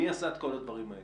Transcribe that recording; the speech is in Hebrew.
מי עשה את כל הדברים האלה?